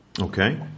Okay